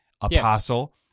apostle